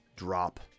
Drop